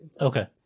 Okay